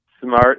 smart